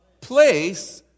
Place